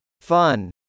Fun